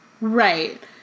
Right